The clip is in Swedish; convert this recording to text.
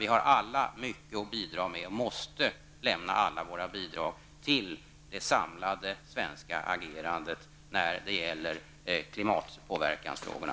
Vi har alla mycket att bidra med, och vi måste alla lämna våra bidrag till det samlade svenska agerandet när det gäller klimatpåverkansfrågorna.